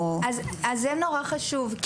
זה מאוד חשוב.